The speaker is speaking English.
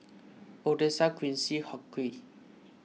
Odessa Quincy Hughie